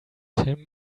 him